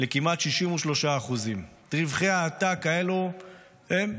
לכמעט 63%. את רווחי העתק האלו הם,